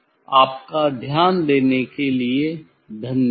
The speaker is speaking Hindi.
आपके ध्यान देने के लिए धन्यवाद